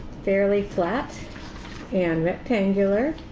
fairly flat and rectangular.